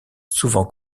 souvent